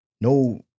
no